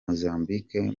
mozambique